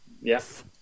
Yes